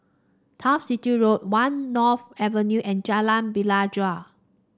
Turf City Road One North Avenue and Jalan Pelajau